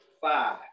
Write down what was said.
five